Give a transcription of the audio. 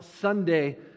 Sunday